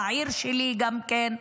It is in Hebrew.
העיר שלי גם כן.